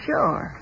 Sure